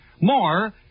More